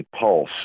pulse